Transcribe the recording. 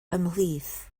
ymhlith